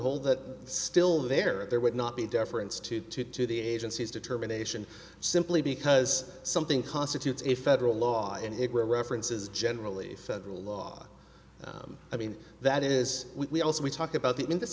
hold that still there there would not be deference to to to the agency's determination simply because something constitutes a federal law and it references generally federal law i mean that is we also we talk about th